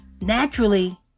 Naturally